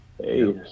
hey